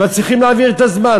אבל צריכים להעביר את הזמן,